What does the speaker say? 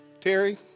Terry